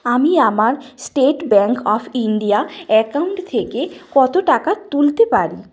আমি আমার State Bank of India account থেকে কত টাকা তুলতে পারি